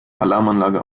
alarmanlage